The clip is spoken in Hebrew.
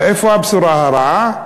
אבל איפה הבשורה הרעה?